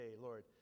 Lord